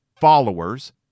followers